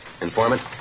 Informant